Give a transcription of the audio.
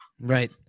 right